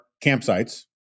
campsites